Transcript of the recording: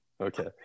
Okay